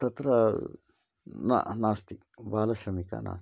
तत्र न नास्ति बालश्रमिका नास्ति